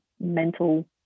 mental